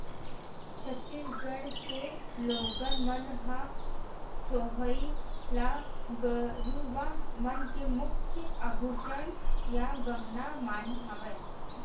छत्तीसगढ़ के लोगन मन ह सोहई ल गरूवा मन के मुख्य आभूसन या गहना माने हवय